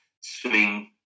swimming